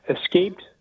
escaped